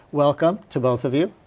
welcome to both of you.